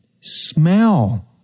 smell